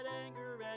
anger